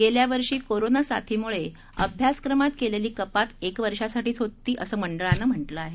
गेल्या वर्षी कोरोना साथीमुळे अभ्यासक्रमात केलेली कपात एका वर्षासाठीच होती असं मंडळानं म्हटलं आहे